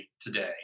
today